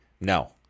No